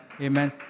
Amen